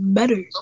better